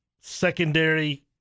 secondary